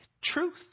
truth